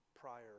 prior